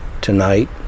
tonight